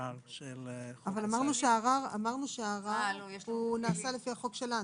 ורציתי לחדד ששוויון אמיתי לפי רמות התמיכות,